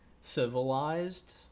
civilized